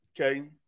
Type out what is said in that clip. okay